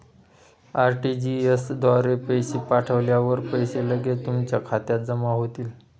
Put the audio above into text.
RTGS द्वारे पैसे पाठवल्यावर पैसे लगेच तुमच्या खात्यात जमा होतील